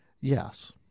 Yes